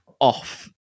off